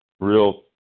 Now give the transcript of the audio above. Real